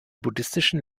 buddhistischen